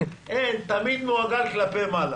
ת מיד מעוגל כלפי מעלה.